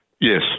Yes